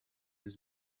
his